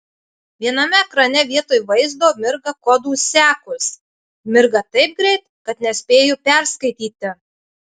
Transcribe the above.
viename ekrane vietoj vaizdo mirga kodų sekos mirga taip greit kad nespėju perskaityti